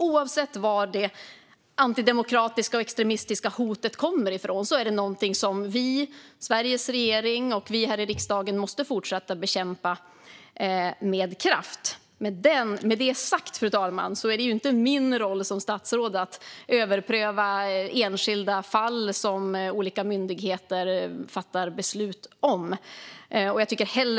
Oavsett vad det antidemokratiska och extremistiska hotet kommer ifrån är det någonting som vi i Sveriges regering och här i riksdagen måste fortsätta att bekämpa med kraft. Med det sagt, fru talman, är det inte min roll som statsråd att överpröva enskilda fall som olika myndigheter fattar beslut om.